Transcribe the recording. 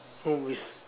hmm is